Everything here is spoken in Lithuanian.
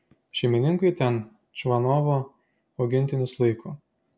šeimininkai ten čvanovo augintinius laiko